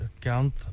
account